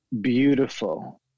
beautiful